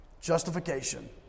Justification